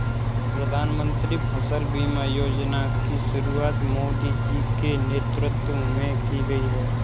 प्रधानमंत्री फसल बीमा योजना की शुरुआत मोदी जी के नेतृत्व में की गई है